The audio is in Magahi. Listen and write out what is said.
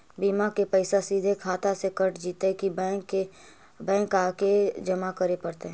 बिमा के पैसा सिधे खाता से कट जितै कि बैंक आके जमा करे पड़तै?